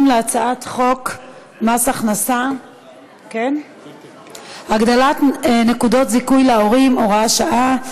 להצעת חוק מס הכנסה (הגדלת נקודות זיכוי להורים) (הוראת שעה),